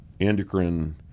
endocrine